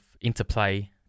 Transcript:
interplay